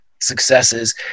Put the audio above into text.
successes